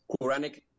Quranic